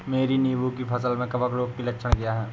मेरी नींबू की फसल में कवक रोग के लक्षण क्या है?